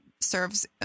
serves